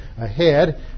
ahead